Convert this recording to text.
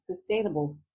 sustainable